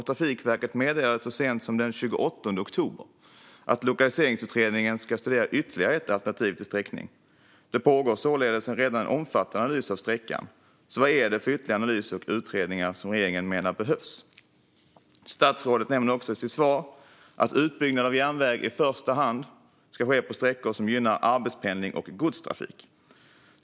Trafikverket meddelade så sent som den 28 oktober att man i lokaliseringsutredningen ska studera ytterligare ett alternativ till sträckning. Det pågår således redan en omfattande analys av sträckan. Vad är det för ytterligare analyser och utredningar som regeringen menar behövs? Statsrådet nämner också i sitt svar att utbyggnad av järnväg i första hand ska ske på sträckor som gynnar arbetspendling och godstrafik.